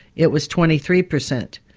it was twenty three percent.